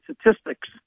statistics